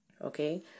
Okay